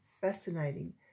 fascinating